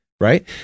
right